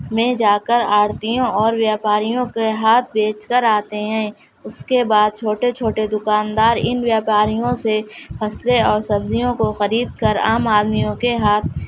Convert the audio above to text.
میں جا کر آڑتیوں اور ویاپاریوں کے ہاتھ بیچ کر آتے ہیں اس کے بعد چھوٹے چھوٹے دکاندار ان ویپاریوں سے فصلیں اور سبزیوں کو خرید کر عام آدمیوں کے ہاتھ